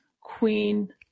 queen